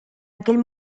aquell